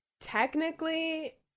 Technically